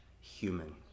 human